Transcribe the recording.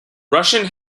russian